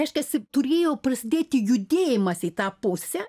reiškiasi turėjo prasidėti judėjimas į tą pusę